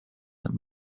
that